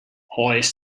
hires